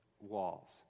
walls